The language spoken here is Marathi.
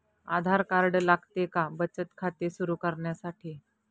आधार कार्ड लागते का बचत खाते सुरू करण्यासाठी?